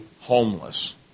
homeless